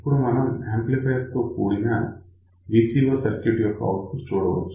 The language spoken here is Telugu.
ఇప్పుడు మనం యాంప్లిఫయర్ తో కూడిన VCO సర్క్యూట్ యొక్క ఔట్పుట్ చూడవచ్చు